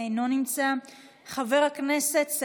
חבר הכנסת עוזי דיין,